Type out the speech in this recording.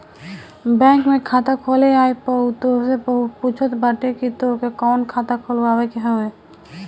bank में खाता खोले आए पअ उ तोहसे पूछत बाटे की तोहके कवन खाता खोलवावे के हवे